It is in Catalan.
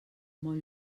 molt